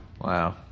Wow